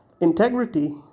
integrity